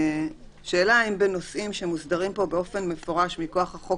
השאלה האם בנושאים שהם מוסדרים פה באופן מפורש מכוח החוק